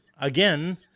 again